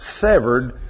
severed